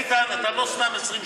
איתן, איתן, אתה לא סתם 20 שנה.